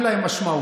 אין להם משמעות,